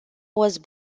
was